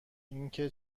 اینکه